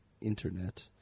internet